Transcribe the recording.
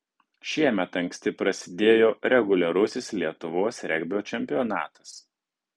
šiemet anksti prasidėjo reguliarusis lietuvos regbio čempionatas